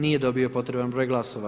Nije dobio potreban broj glasova.